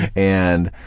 and